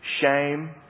shame